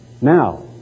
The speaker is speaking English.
Now